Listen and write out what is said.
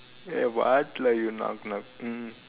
ya what lah you knock knock mm